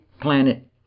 planet